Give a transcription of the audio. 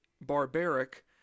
barbaric